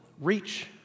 reach